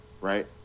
right